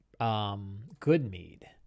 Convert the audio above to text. Goodmead